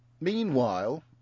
meanwhile